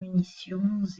munitions